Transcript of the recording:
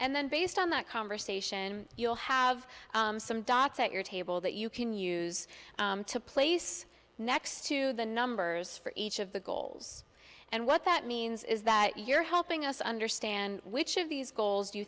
and then based on that conversation you'll have some dots at your table that you can use to place next to the numbers for each of the goals and what that means is that you're helping us understand which of these